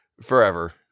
forever